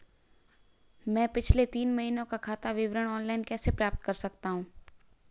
मैं पिछले तीन महीनों का खाता विवरण ऑनलाइन कैसे प्राप्त कर सकता हूं?